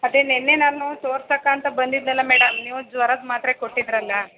ಅದೇ ನಿನ್ನೆ ನಾನು ತೋರ್ಸಕ್ಕೆ ಅಂತ ಬಂದಿದ್ದೆನಲ್ಲ ಮೇಡಮ್ ನೀವು ಜ್ವರದ ಮಾತ್ರೆ ಕೊಟ್ಟಿದ್ದಿರಲ್ಲ